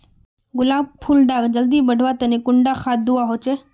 गुलाब फुल डा जल्दी बढ़वा तने कुंडा खाद दूवा होछै?